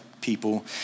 people